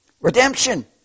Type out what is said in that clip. Redemption